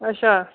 अच्छा